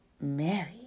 Mary